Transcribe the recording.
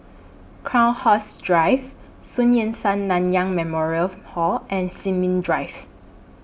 Crowhurst Drive Sun Yat Sen Nanyang Memorial Hall and Sin Ming Drive